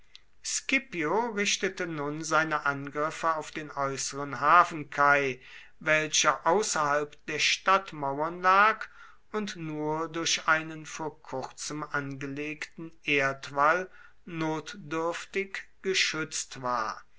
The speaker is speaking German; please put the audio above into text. richtete nun seine angriffe auf den äußeren hafenkai welcher außerhalb der stadtmauern lag und nur durch einen vor kurzem angelegten erdwall notdürftig geschützt war